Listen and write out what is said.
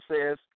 says